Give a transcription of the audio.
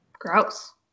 Gross